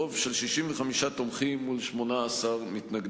ברוב של 65 תומכים מול 18 מתנגדים.